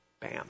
Bam